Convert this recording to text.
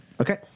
Okay